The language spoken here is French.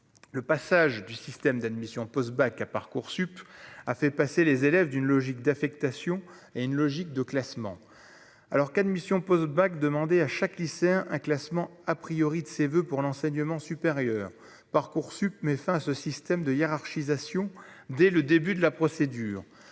le passage du système d'admission post-bac à Parcoursup a fait passer les élèves d'une logique d'affectation et une logique de classement alors qu'Admission post-bac, demander à chaque lycéen un classement a priori de ses voeux pour l'enseignement supérieur Parcoursup met fin à ce système de hiérarchisation dès le début de la procédure,